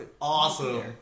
awesome